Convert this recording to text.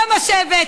זה מה שהבאתם.